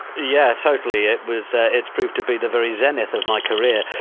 yeah, totally. it was. ah it's proved to be the very zenith of my career.